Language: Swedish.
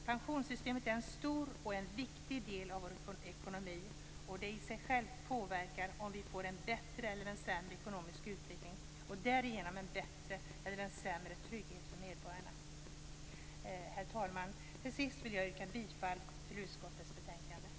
Pensionssystemet är en stor och viktig del av vår ekonomi, och det påverkar i sig självt om vi får en bättre eller en sämre ekonomisk utveckling och därigenom en bättre eller en sämre trygghet för medborgarna. Herr talman! Jag yrkar till sist bifall till utskottets hemställan.